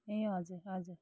ए हजुर हजुर